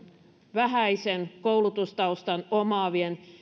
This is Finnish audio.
vähäisen koulutustaustan omaavien